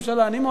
אני מאוד מקווה,